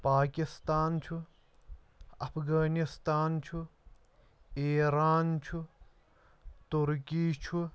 پاکِستان چھُ افغٲنِستان چھُ ایٖران چھُ تُرکی چھُ